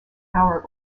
hour